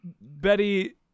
Betty